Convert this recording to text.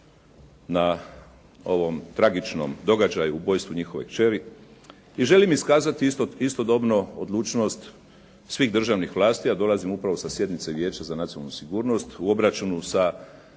na ovom tragičnom događaju, ubojstvu njihove kćeri. I želim iskazati istodobno odlučnost svih državnih vlasti, a dolazim upravo sa sjednice Vijeća za nacionalnu sigurnost, u obračunu s